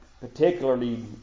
particularly